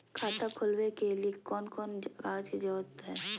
खाता खोलवे के लिए कौन कौन कागज के जरूरत है?